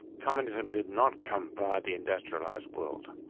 communism did not come via the industrialised world.